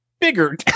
bigger